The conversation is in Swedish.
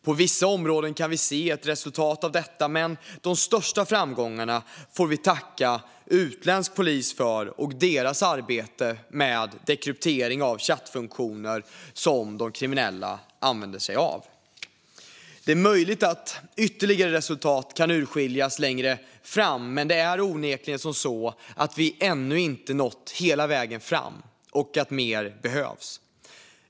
På vissa områden kan vi se ett resultat av detta, men för de största framgångarna får vi tacka utländsk polis och deras arbete med dekryptering av chattfunktioner som de kriminella använder sig av. Det är möjligt att ytterligare resultat kan urskiljas längre fram, men det är onekligen så att vi ännu inte har nått hela vägen fram och att mer behövs.